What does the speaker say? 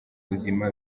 buzima